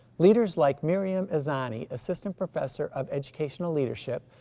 leaders like miriam ezzani, assistant professor of educational leadership,